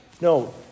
No